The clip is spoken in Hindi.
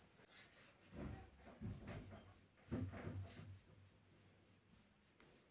ए.एम.एल या के.वाई.सी में ग्राहक पहचान प्रक्रिया की व्याख्या करें?